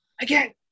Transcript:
again